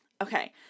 Okay